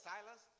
Silas